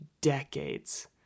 Decades